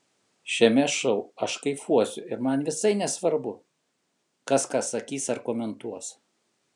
šiame šou aš kaifuosiu ir man visai nesvarbu kas ką sakys ar komentuos